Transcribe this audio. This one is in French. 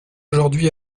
aujourd’hui